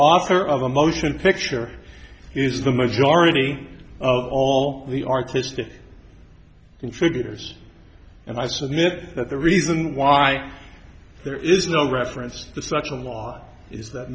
author of the motion picture is the majority of all the artistic contributors and i submit that the reason why there is no reference to such a law is that